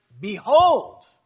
behold